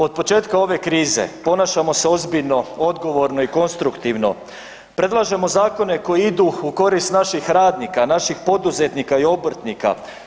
Od početka ove krize ponašamo se ozbiljno, odgovorno i konstruktivno, predlažemo zakone koji idu u korist naših radnika, naših poduzetnika o obrtnika.